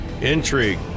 intrigue